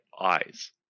eyes